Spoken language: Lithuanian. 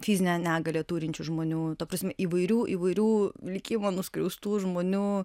fizinę negalią turinčių žmonių ta prasme įvairių įvairių likimo nuskriaustų žmonių